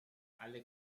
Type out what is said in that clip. alle